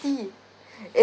dirty and